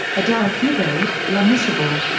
adele hugo la miserable.